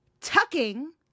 tucking